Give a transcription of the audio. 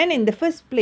இருக்கு:irukku